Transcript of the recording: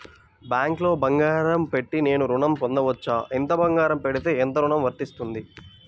బ్యాంక్లో బంగారం పెట్టి నేను ఋణం పొందవచ్చా? ఎంత బంగారం పెడితే ఎంత ఋణం వస్తుంది?